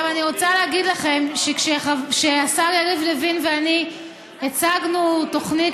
אני רוצה להגיד לכם שכשהשר יריב לוין ואני הצגנו תוכנית